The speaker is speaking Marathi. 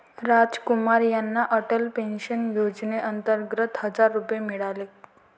रामकुमार यांना अटल पेन्शन योजनेअंतर्गत हजार रुपये मिळाले